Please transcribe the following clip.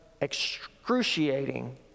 excruciating